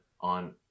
on